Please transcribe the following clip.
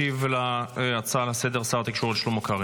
ישיב להצעה לסדר-היום שר התקשורת שלמה קרעי,